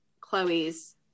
Chloe's